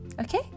okay